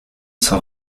cent